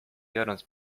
biorąc